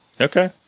Okay